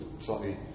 slightly